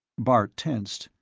bart tensed,